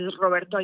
Roberto